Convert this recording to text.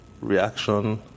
reaction